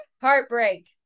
heartbreak